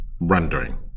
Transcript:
rendering